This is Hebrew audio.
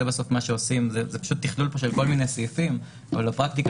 זה תכלול של כל מיני סעיפים אבל הפרקטיקה